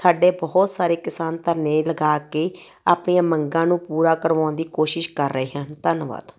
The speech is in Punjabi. ਸਾਡੇ ਬਹੁਤ ਸਾਰੇ ਕਿਸਾਨ ਧਰਨੇ ਲਗਾ ਕੇ ਆਪਣੀਆਂ ਮੰਗਾਂ ਨੂੰ ਪੂਰਾ ਕਰਵਾਉਣ ਦੀ ਕੋਸ਼ਿਸ਼ ਕਰ ਰਹੇ ਹਨ ਧੰਨਵਾਦ